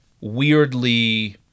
weirdly